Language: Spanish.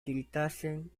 tiritasen